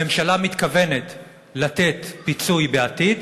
הממשלה מתכוונת לתת פיצוי בעתיד,